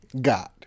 God